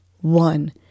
one